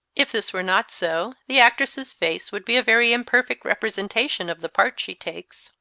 if this were not so the actress's face would be a very imperfect representation of the part she takes.